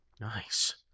nice